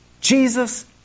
Jesus